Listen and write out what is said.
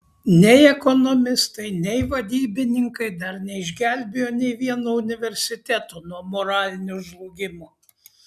nei ekonomistai nei vadybininkai dar neišgelbėjo nei vieno universiteto nuo moralinio žlugimo